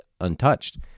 untouched